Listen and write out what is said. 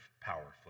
powerfully